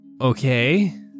Okay